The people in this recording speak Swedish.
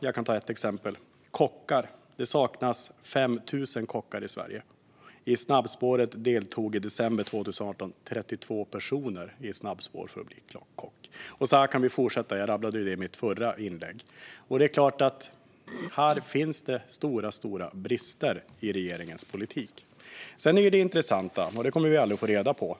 Jag kan ta ett exempel: kockar. Det saknas 5 000 kockar i Sverige. I december 2018 var det 32 personer som deltog i snabbspåret för att bli kockar. Så här kan vi fortsätta. Jag rabblade ju upp en del i mitt förra inlägg. Här finns det stora brister i regeringens politik. Det verkligt intressanta kommer vi inte att få reda på.